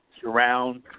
surround